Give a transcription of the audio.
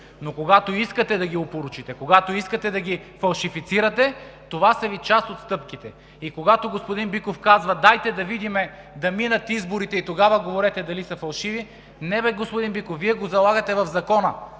Но когато искате да ги опорочите, когато искате да ги фалшифицирате, това са Ви част от стъпките. И когато господин Биков казва: „Дайте да видим, да минат изборите и тогава да видим дали са фалшиви!“, не бе, господин Биков, Вие го залагате в Закона